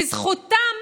וזכותם